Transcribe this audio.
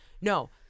no